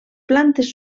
plantes